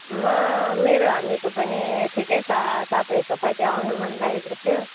म मेरो हामीहरूको पनि ठिकै छ तपाईँहरूकोपट्टि आउनु मनलागेको थियो